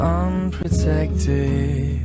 unprotected